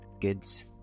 kids